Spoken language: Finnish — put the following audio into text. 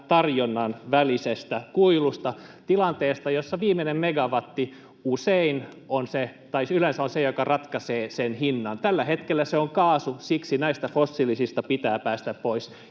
tarjonnan välisestä kuilusta, tilanteesta, jossa viimeinen megawatti yleensä on se, joka ratkaisee sen hinnan. Tällä hetkellä se on kaasu, siksi näistä fossiilisista pitää päästä pois